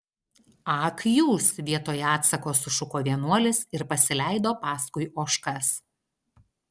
ak jūs vietoj atsako sušuko vienuolis ir pasileido paskui ožkas